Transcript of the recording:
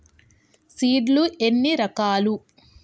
Seed లు ఎన్ని రకాలు?